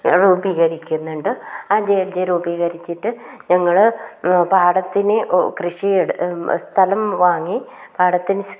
രൂപീകരിക്കുന്നുണ്ട് ആ J J രൂപീകരിച്ചിട്ട് ഞങ്ങൾ പാടത്തിന് കൃഷി സ്ഥലം വാങ്ങി പാടത്തിന്